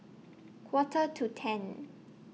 Quarter to ten